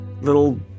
little